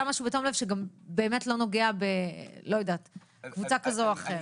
משהו בתום לב שגם באמת לא נוגע בקבוצה כזו או אחרת.